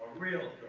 real